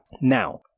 Now